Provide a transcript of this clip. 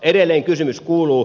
edelleen kysymys kuuluu